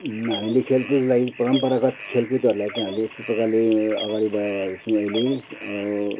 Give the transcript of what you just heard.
हामीले खेलकुदलाई परम्परागत खेलकुदहरूलाई चाहिँ हामीले यस्तो प्रकारले अगाडि बढाइरहेका छौँ अहिले